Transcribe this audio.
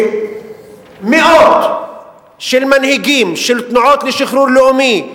שמאות מנהיגים של תנועות לשחרור לאומי,